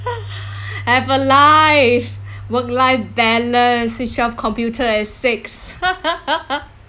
have a life work life balance switch off computer at six